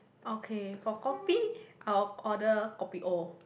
okay for kopi I'll order kopi O